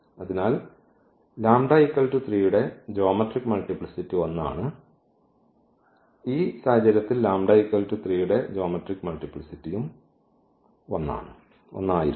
അതിനാൽ ഈ λ 3 ന്റെ ജ്യോമെട്രിക് മൾട്ടിപ്ലിസിറ്റി 1 ആണ് ഈ സാഹചര്യത്തിൽ λ 3 ന്റെ ജ്യോമെട്രിക് മൾട്ടിപ്ലിസിറ്റിയും 1 ആയിരുന്നു